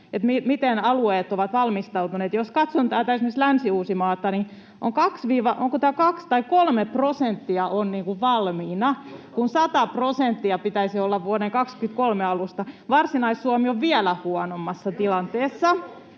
miten alueet ovat valmistautuneet. Jos katson täältä esimerkiksi Länsi-Uusimaata, niin onko tämä 2 tai 3 prosenttia, mikä on niin kuin valmiina, kun 100 prosenttia pitäisi olla vuoden 23 alusta. Varsinais-Suomi on vielä huonommassa tilanteessa.